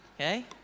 okay